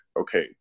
okay